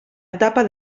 etapa